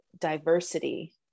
diversity